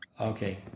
Okay